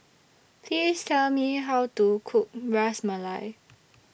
Please Tell Me How to Cook Ras Malai